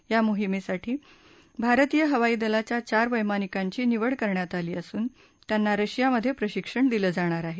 या मोहिमेसाठी भारतीय हवाई दलाच्या चार वर्तानिकांची निवड करण्यात आली असून त्यांना रशियामधे प्रशिक्षण दिलं जाणार आहे